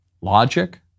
logic